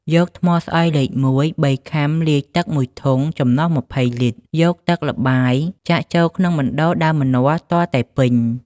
យកថ្មស្អុយលេខ១ ៣ខាំលាយ ទឹក១ធុង ចំណុះ២០លីត្រ យកទឹកល្បាយចាក់ចូលក្នុងបណ្តូលដើមម្ចាស់ទាល់តែពេញ។